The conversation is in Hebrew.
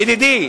ידידי,